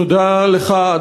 תודה לך,